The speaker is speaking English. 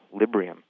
librium